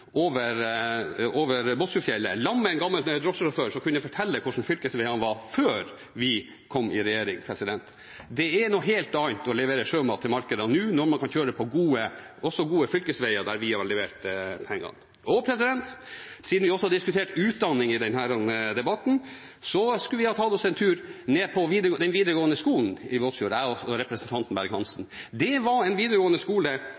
over Båtsfjordfjellet i lag med en gammel drosjesjåfør som kunne fortelle hvordan fylkesveiene var før vi kom i regjering. Det er noe helt annet å levere sjømat til markedene nå når man også kan kjøre på gode fylkesveier der vi har levert pengene. Siden vi også har diskutert utdanning i denne debatten: Representanten Berg-Hansen og jeg skulle ha tatt oss en tur ned på den videregående skolen i Båtsfjord. Det var en videregående skole